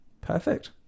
Perfect